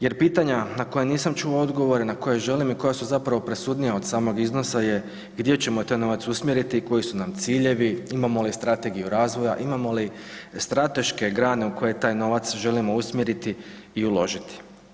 Jer pitanja na koja nisam čuo odgovore na koja želim i koja su presudnija od samog iznosa je gdje ćemo taj novac usmjeriti, koji su nam ciljevi, imamo li strategiju razvoja, imamo li strateške grane u koje taj novac želimo usmjeriti i uložiti?